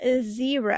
zero